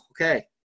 Okay